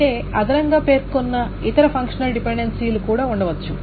అయితే అదనంగా పేర్కొన్న ఇతర ఫంక్షనల్ డిపెండెన్సీలు కూడా ఉండవచ్చు